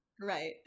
Right